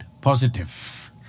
positive